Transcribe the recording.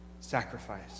sacrifice